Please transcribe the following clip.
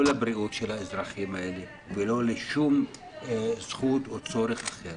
לבריאות האזרחים האלה ולא לשום זכות או צורך אחר.